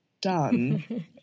done